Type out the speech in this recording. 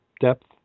depth